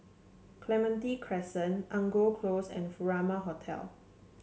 Clementi Crescent Angora Close and Furama Hotel